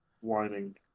whining